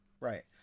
right